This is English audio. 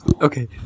Okay